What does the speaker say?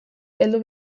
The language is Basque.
heldu